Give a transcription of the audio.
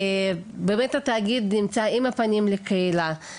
באמת התאגיד נמצא עם הפנים לקהילה,